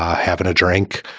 having a drink.